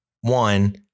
one